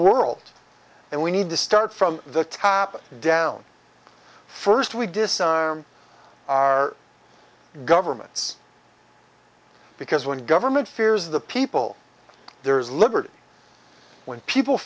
world and we need to start from the top down first we disarm our governments because when government fears the people there is liberty when people